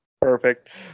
Perfect